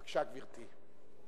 בבקשה, גברתי.